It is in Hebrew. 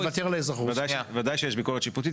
לוותר על האזרחות --- בוודאי שיש ביקורת שיפוטית,